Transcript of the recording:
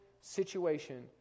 situation